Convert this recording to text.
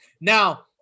Now